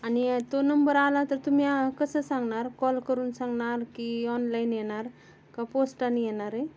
आणि तो नंबर आला तर तुम्ही कसं सांगणार कॉल करून सांगणार की ऑनलाईन येणार का पोस्टने येणार आहे